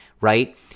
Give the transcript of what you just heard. right